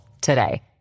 today